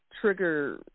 trigger